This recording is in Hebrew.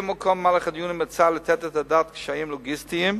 יהיה מקום במהלך הדיונים בהצעה לתת את הדעת לקשיים לוגיסטיים,